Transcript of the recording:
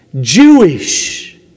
Jewish